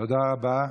תודה רבה.